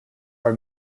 are